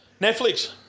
Netflix